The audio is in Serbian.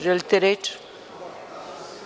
Želite reč?